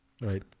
right